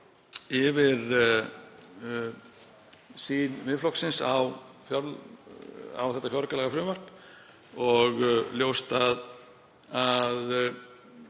yfir sýn Miðflokksins á þetta fjáraukalagafrumvarp og er ljóst að